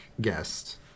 guest